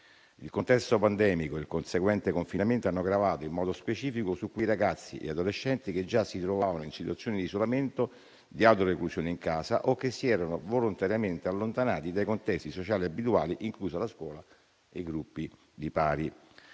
Il contesto pandemico e il conseguente confinamento hanno gravato in modo specifico su quei ragazzi e adolescenti che già si trovavano in situazioni di isolamento, di autoreclusione in casa o che si erano volontariamente allontanati dai contesti sociali e abituali, inclusa la scuola e i gruppi di pari.